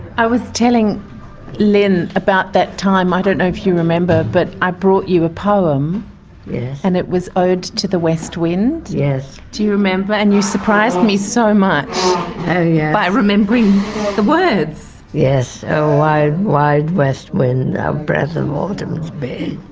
i was telling lynne about that time, i don't know if you remember, but i brought you a poem and it was ode to the west wind. do you remember? and you surprised me so much by remembering the words. yes. o wild west wind, thou breath of autumn's being